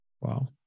Wow